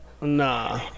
nah